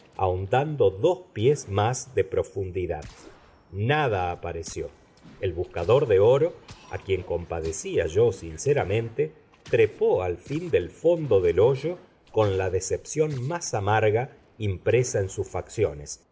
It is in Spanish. ahondando dos pies más de profundidad nada apareció el buscador de oro a quien compadecía yo sinceramente trepó al fin del fondo del hoyo con la decepción más amarga impresa en sus facciones